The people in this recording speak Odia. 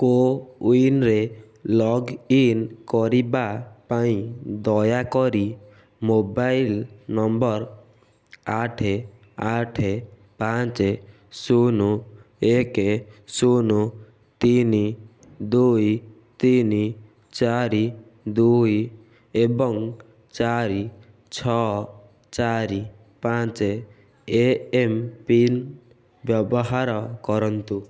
କୋୱିନ୍ରେ ଲଗ୍ଇନ୍ କରିବା ପାଇଁ ଦୟାକରି ମୋବାଇଲ୍ ନମ୍ବର ଆଠ ଆଠ ପାଞ୍ଚ ଶୂନ ଏକ ଶୂନ ତିନି ଦୁଇ ତିନି ଚାରି ଛଅ ଏବଂ ଚାରି ଛଅ ଚାରି ପାଞ୍ଚ ଏମ୍ପିନ୍ ବ୍ୟବହାର କରନ୍ତୁ